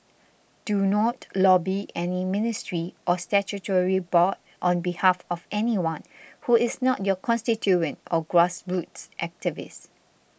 do not lobby any ministry or statutory board on behalf of anyone who is not your constituent or grassroots activist